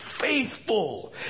faithful